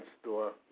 store